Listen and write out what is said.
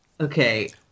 Okay